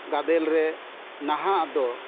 ᱜᱟᱫᱮᱞ ᱨᱮ ᱱᱟᱦᱟᱜ ᱫᱚ